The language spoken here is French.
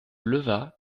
leva